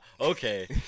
Okay